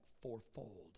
fourfold